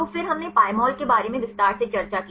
तो फिर हमने Pymol के बारे में विस्तार से चर्चा की